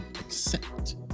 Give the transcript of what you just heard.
accept